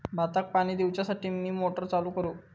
भाताक पाणी दिवच्यासाठी मी मोटर चालू करू?